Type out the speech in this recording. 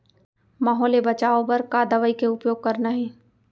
माहो ले बचाओ बर का दवई के उपयोग करना हे?